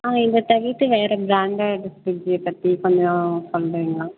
ஆ இதை தவிர்த்து வேறு ப்ராண்ட்டு ஃபிரிட்ஜை பற்றி கொஞ்சம் சொல்கிறீங்களா